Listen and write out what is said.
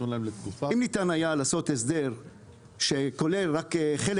אם ניתן היה לעשות הסדר שכולל רק חלק